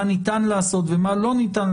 היתכנות של כל דבר ודבר בלי תהליך